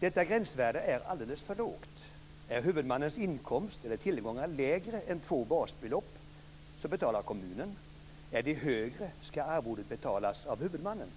Detta gränsvärde är alldeles för lågt. Är huvudmannens inkomst eller tillgångar lägre än två basbelopp betalar kommunen. Är de högre ska arvodet betalas av huvudmannen.